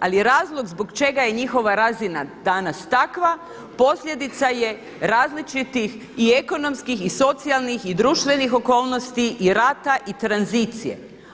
ali je razlog zbog čega je njihova razina danas takva posljedica je različitih i ekonomskih i socijalnih i društvenih okolnosti i rata i tranzicije.